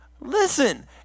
Listen